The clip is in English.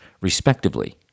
respectively